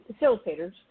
facilitators